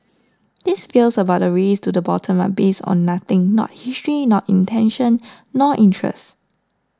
these fears about a race to the bottom are based on nothing not history not intention nor interest